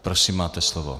Prosím, máte slovo.